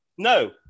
No